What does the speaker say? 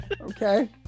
Okay